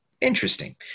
Interesting